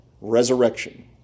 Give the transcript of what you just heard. resurrection